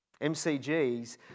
MCGs